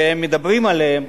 שמדברים עליהם,